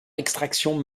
extraction